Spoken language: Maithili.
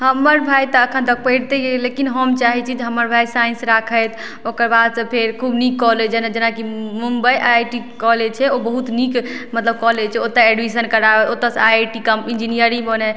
हमर भाय तऽ अखन तक पैढ़तै अछि लेकिन हम चाहै छी जे हमर भाय साइन्स राखैथ ओकरबाद से फेर खूब नीक कॉलेज जेना जेना कि Mumbai I I T college छै ओ बहुत नीक मतलब कॉलेज छै ओतऽ एडमिशन कराओ ओतऽ से आइ आइ टी कऽ इन्जीनियर बनै